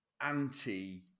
anti